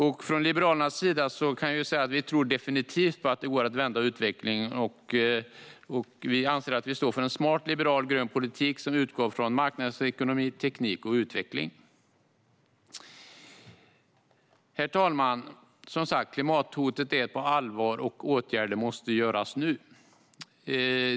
Från Liberalernas sida kan jag säga att vi tror att det definitivt går att vända utvecklingen. Vi anser att vi står för en smart liberal grön politik som utgår från marknadsekonomi, teknik och utveckling. Herr talman! Klimathotet är som sagt på allvar, och åtgärder måste vidtas nu.